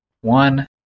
One